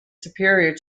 superior